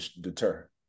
deter